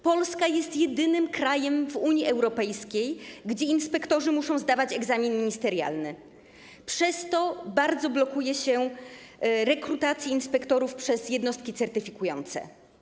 Polska jest jedynym krajem w Unii Europejskiej, gdzie inspektorzy muszą zdawać egzamin ministerialny, przez to bardzo blokuje się rekrutację inspektorów przez jednostki certyfikujące.